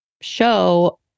show